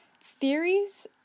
theories